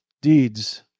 deeds